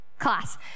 class